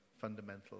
fundamental